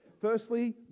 Firstly